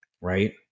right